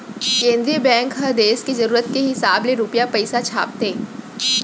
केंद्रीय बेंक ह देस के जरूरत के हिसाब ले रूपिया पइसा छापथे